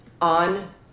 on